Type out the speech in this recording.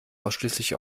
ausschließlich